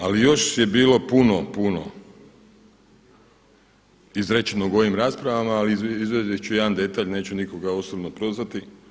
Ali još je bilo puno, puno izrečenog u ovim raspravama ali izvaditi ću jedan detalj, neću nikoga osobno prozvati.